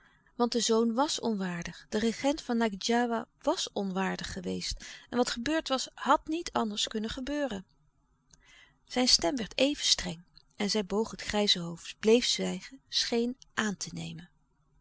want de zoon wàs onwaardig de regent van ngadjiwa was onwaardig geweest en wat gebeurd was had niet anders kunnen gebeuren zijn stem werd even streng en zij boog het grijze hoofd bleef zwijgen scheen aan te nemen